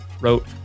wrote